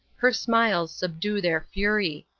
her smiles subdue their fury.